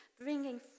bringing